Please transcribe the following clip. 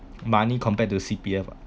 money compared to C_P_F ah